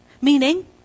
Meaning